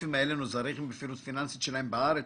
הגופים האלה נעזרים בכם בפעילות הפיננסית שלהם בארץ,